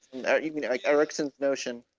and even like eriksson's notion?